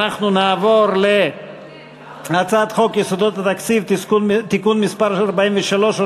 אנחנו נעבור להצעת חוק יסודות התקציב (תיקון מס' 43,